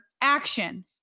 action